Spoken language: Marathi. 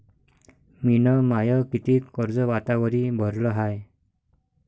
मिन माय कितीक कर्ज आतावरी भरलं हाय?